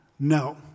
No